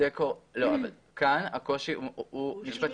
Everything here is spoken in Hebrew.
כאן הקושי הוא משפטי.